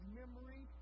memory